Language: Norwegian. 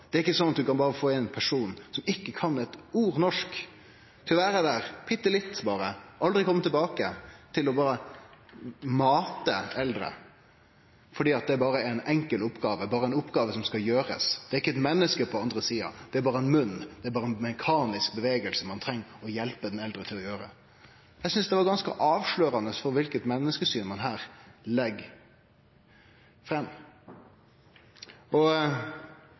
Det er ikkje sånn at du kan få ein person som ikkje kan eit ord norsk, til å vere der – bitte litt, berre og aldri kome tilbake – for å berre mate eldre, fordi det berre er ei enkel oppgåve som skal gjerast. Det er ikkje eit menneske på den andre sida, det er berre ein munn, det er berre ein mekanisk bevegelse ein treng å hjelpe den eldre med å gjere. Eg synest det var ganske avslørande for kva slags menneskesyn ein her legg fram.